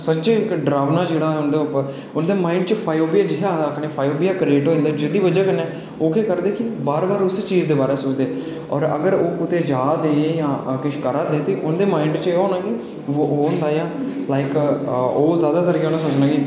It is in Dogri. सच्चें इक्क डरावना जेह्ड़ा ऐ उं'दे माइंड च फोबिया जिसी आक्खने फाोबिया क्रिएट होई जंदा उं'दे पर जेह्दी बजह कन्नै ओह् केह् करदे की बार बार उस्सै चीज़ दे बारै ई सोचदे अगर ओह् कुतै जा ते किश कराऽ दे ते उं'दे माइंड ओह् होना कि ओह् जादातर इं'या गै सोचना कि